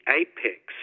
apex